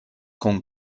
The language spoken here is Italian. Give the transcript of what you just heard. con